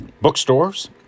bookstores